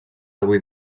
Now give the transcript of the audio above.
avui